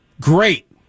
Great